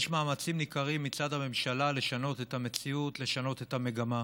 מצד הממשלה לשנות את המציאות, לשנות את המגמה.